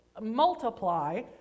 multiply